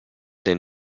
den